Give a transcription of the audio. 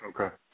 Okay